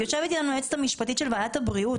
יושבת אתנו היועצת המשפטית של ועדת הבריאות,